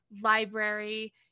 library